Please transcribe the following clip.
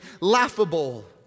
laughable